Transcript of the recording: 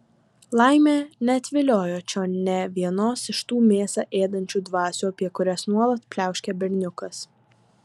laimė neatviliojo čion nė vienos iš tų mėsą ėdančių dvasių apie kurias nuolat pliauškia berniukas